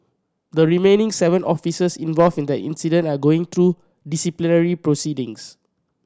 the remaining seven officers involved in the incident are going through disciplinary proceedings